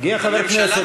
מגיע חבר כנסת,